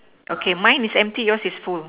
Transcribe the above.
okay mine is empty yours is full